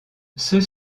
ceux